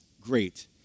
great